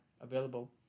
available